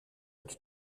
être